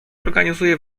organizuje